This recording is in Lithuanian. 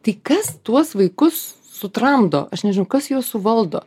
tai kas tuos vaikus sutramdo aš nežinau kas juos suvaldo